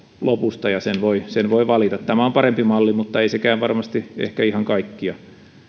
lopusta ja sen voi valita tämä on parempi malli mutta ei sekään varmasti ehkä ihan kaikkia